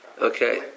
Okay